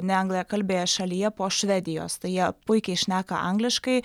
neangliakalbėje šalyje po švedijos tai jie puikiai šneka angliškai